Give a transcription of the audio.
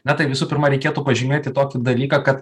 na tai visų pirma reikėtų pažymėti tokį dalyką kad